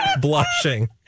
blushing